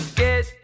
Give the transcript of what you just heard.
get